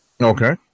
Okay